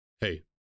hey